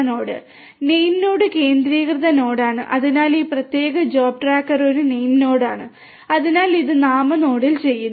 name node കേന്ദ്രീകൃത നോഡാണ് അതിനാൽ ഈ പ്രത്യേക ജോബ് ട്രാക്കർ ഒരു നെയിംനോഡാണ് അതിനാൽ ഇത് നാമനോഡിൽ ചെയ്യുന്നു